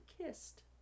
kissed